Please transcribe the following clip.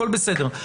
הכול בסדר,